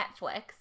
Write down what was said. Netflix